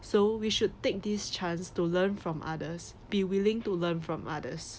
so we should take this chance to learn from others be willing to learn from others